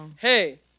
hey